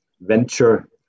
venture